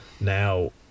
Now